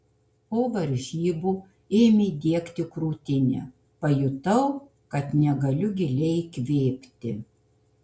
po varžybų ėmė diegti krūtinę pajutau kad negaliu giliai įkvėpti